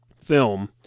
film